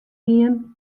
gien